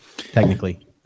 technically